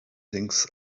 things